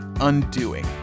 undoing